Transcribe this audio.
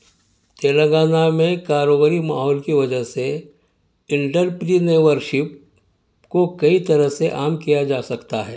تلنگانہ میں کاروباری ماحول کی وجہ سے کو کئی طرح سے عام کیا جاسکتا ہے